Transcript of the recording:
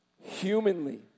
Humanly